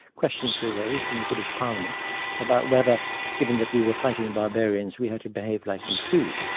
questions were raised in the british parliament about whether given that we were fighting barbarians, we had to behave like them too.